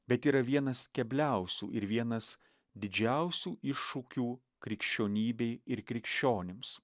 bet yra vienas kebliausių ir vienas didžiausių iššūkių krikščionybei ir krikščionims